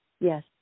Yes